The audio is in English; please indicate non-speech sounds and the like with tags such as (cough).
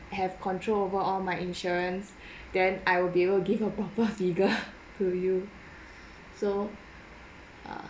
have control over all my insurance then I would be able give a proper figure (laughs) to you so err